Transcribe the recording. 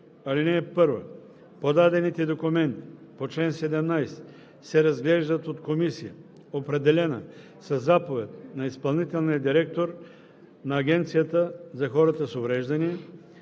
18. (1) Подадените документи по чл. 17 се разглеждат от комисия, определена със заповед на изпълнителния директор на Агенцията за хората с увреждания,